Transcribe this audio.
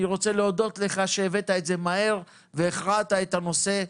אני רוצה להודות לך שהבאת את זה מהר והכרעת את הנושא,